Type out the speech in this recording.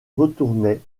retournait